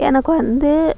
எனக்கு வந்து